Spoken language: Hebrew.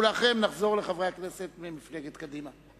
לאחר מכן נחזור לחברי הכנסת ממפלגת קדימה.